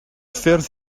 ffyrdd